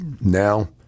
Now